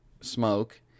smoke